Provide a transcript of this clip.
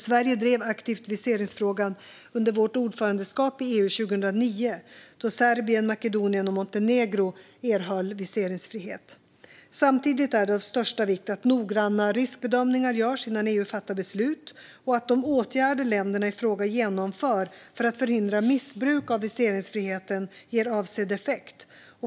Sverige drev aktivt viseringsfrågan under vårt ordförandeskap i EU 2009, då Serbien, Makedonien och Montenegro erhöll viseringsfrihet. Samtidigt är det av största vikt att noggranna riskbedömningar görs innan EU fattar beslut och att de åtgärder länderna i fråga genomför för att förhindra missbruk av viseringsfriheten ger avsedd effekt.